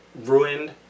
ruined